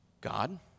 God